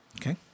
Okay